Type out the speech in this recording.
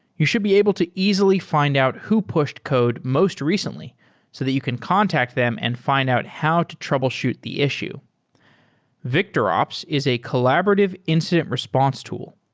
you should be able to easily fi nd out who pushed code most recently so that you can contact them and fi nd out how to troubleshoot the issue victorops is a collaborative incident response tool.